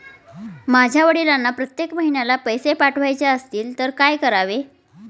माझ्या वडिलांना प्रत्येक महिन्याला पैसे पाठवायचे असतील तर काय करावे?